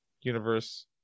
universe